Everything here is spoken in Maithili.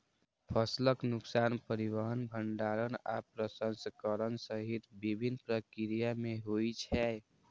फसलक नुकसान परिवहन, भंंडारण आ प्रसंस्करण सहित विभिन्न प्रक्रिया मे होइ छै